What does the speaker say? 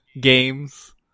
games